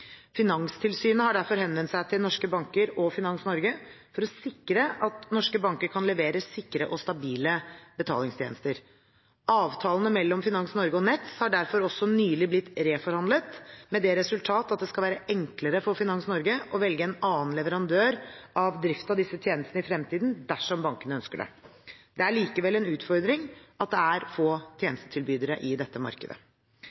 for å sikre at norske banker kan levere sikre og stabile betalingstjenester. Avtalene mellom Finans Norge og Nets har derfor også nylig blitt reforhandlet, med det resultat at det skal være enklere for Finans Norge å velge en annen leverandør av drift av disse tjenestene i fremtiden, dersom bankene ønsker det. Det er likevel en utfordring at det er få tjenestetilbydere i dette markedet.